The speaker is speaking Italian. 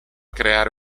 creare